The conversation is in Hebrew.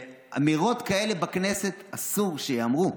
ואמירות כאלה בכנסת, אסור שייאמרו.